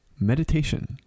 meditation